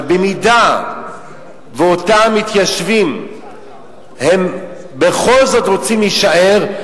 אבל אם אותם מתיישבים בכל זאת רוצים להישאר,